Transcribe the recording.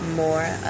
more